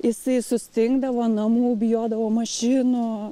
jisai sustingdavo namų bijodavo mašinų